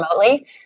remotely